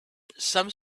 some